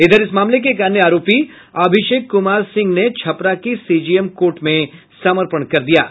इधर इस मामले के एक अन्य आरोपी अभिषेक कुमार सिंह ने छपरा की सीजेएम कोर्ट में समर्पण कर दिया है